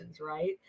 Right